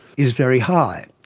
is very high.